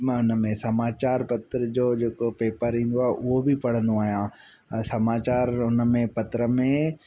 मां हुनमें समाचार पत्र जो जेको पेपर ईंदो आहे उहो बि पढ़ंदो आहियां समाचार उनमें पत्र में